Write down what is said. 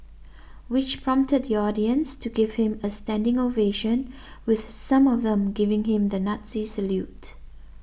which prompted the audience to give him a standing ovation with some of them giving him the Nazi salute